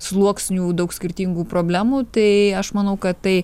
sluoksnių daug skirtingų problemų tai aš manau kad tai